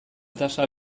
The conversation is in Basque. tasa